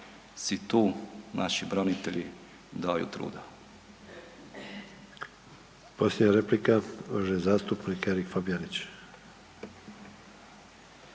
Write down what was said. si tu naši branitelji daju truda.